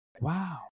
Wow